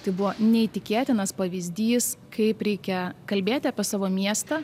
tai buvo neįtikėtinas pavyzdys kaip reikia kalbėti apie savo miestą